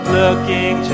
looking